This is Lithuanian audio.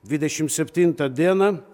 dvidešim septintą dieną